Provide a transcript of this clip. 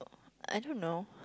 I don't know